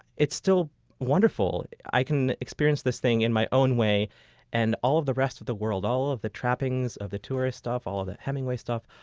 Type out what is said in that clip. it's still wonderful. i can experience this thing in my own way and all the rest of the world, all of the trappings of the tourist stuff, all of the hemingway stuff,